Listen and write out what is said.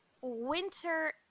Winter